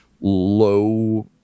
low